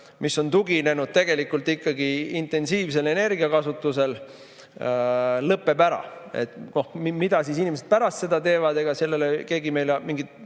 mis on tuginenud tegelikult ikkagi intensiivsele energiakasutusele, lõpeb ära. Mida siis inimesed pärast seda teevad, ega sellele keegi meile mingit